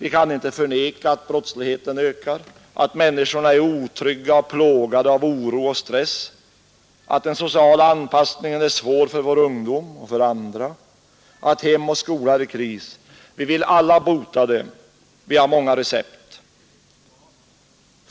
Vi kan inte förneka att brottsligheten ökar, att människorna är otrygga och plågade av oro och stress, att den sociala anpassningen är svår för vår ungdom och för andra, att hem och skola är i kris. Vi vill alla bota det. Vi har många recept.